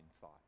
thought